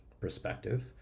perspective